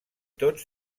tot